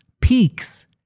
peaks